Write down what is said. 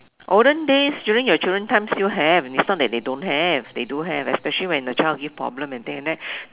olden days during your children time still have it's not that they don't have they do have especially when the child give problem and things like that